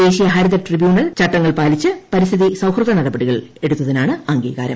ദേശീയ ഹരിത ട്രൈബ്യൂണൽ ചട്ടങ്ങൾ പാലിച്ച് പരിസ്ഥിതി സൌഹൃദ നടപടികൾ എടുത്തതിനാണ് അംഗീകാരം